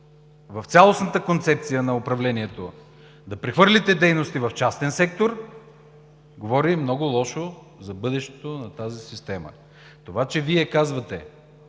в цялостната концепция на управлението да прехвърлите дейности в частен сектор, говори много лошо за бъдещето на тази система! Това, че Вие казвате,